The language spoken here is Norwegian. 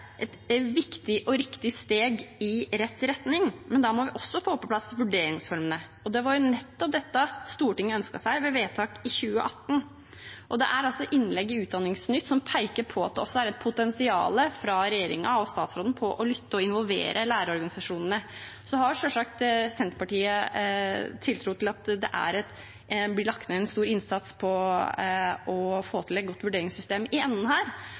et viktig og riktig steg i rett retning, men da må vi også få på plass vurderingsformene. Det var nettopp dette Stortinget ønsket seg ved vedtak i 2018. Det er innlegg i Utdanningsnytt som peker på at det også er et potensial for regjeringen og statsråden til å lytte og involvere lærerorganisasjonene. Så har selvsagt Senterpartiet tiltro til at det blir lagt ned en stor innsats i å få til et godt vurderingssystem i enden her,